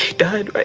died